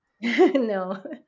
No